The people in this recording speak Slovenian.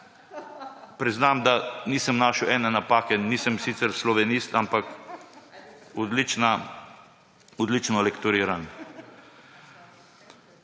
Priznam, da nisem našel ene napake. Nisem sicer slovenist, ampak odlično, odlično lektoriran.